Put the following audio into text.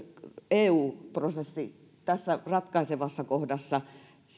eu prosessi tässä ratkaisevassa kohdassa